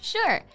Sure